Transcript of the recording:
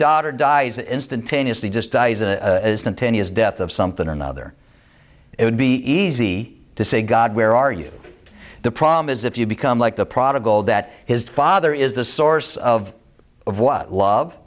daughter dies as instantaneously just dies a continuous death of something or another it would be easy to say god where are you the problem is if you become like the prodigal that his father is the source of of what love